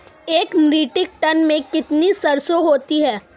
एक metric ton में कितनी सरसों होती है?